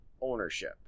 ownership